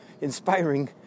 inspiring